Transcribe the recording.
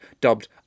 dubbed